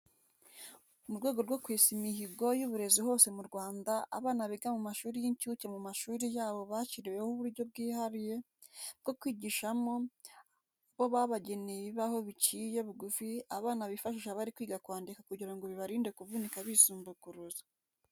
Mu rwego rwo kwesa imihogo y'uburezi hose mu Rwanda abana biga mu mashuri y'inshuke mu mashuri yabo bashyiriweho uburyo bwihari bwo kwigishwamo aho babageneye ibibaho biciye bugufi abana bifashisha bari kwiga kwandika kugira ngo bibarinde kuvunika bisumbukuruza.